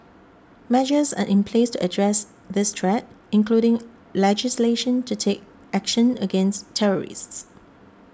measures are in place to address this threat including legislation to take action against terrorists